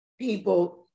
people